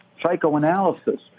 psychoanalysis